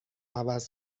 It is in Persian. عوض